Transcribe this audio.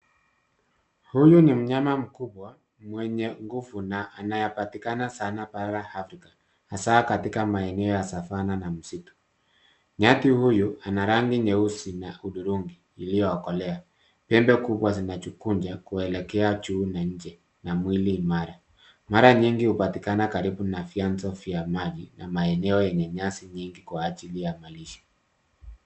Huyu ni mnyama mkubwa mwenye nguvu na anayepatina sana para Afrika hasa maeneo ya Savana na msitu. Nyati huyu ana rangi nyeusi na uturingi iliookolea. Pembe kubwa zinajingunja kuelekea juu na nje na mwili imara. Mara nyingi upatikana karibu na vianzo vya maji na maeneo enye nyazi mingi kwa ajili ya malisho.